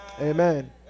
Amen